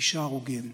תשעה הרוגים,